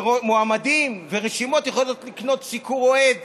שמועמדים ורשימות יכולים לקנות סיקור אוהד